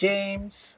James